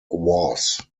was